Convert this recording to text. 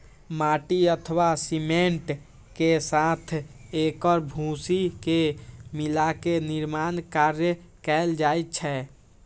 माटि अथवा सीमेंट के साथ एकर भूसी के मिलाके निर्माण कार्य कैल जाइ छै